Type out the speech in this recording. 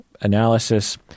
analysis